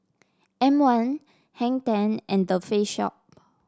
M one Hang Ten and The Face Shop